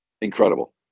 Incredible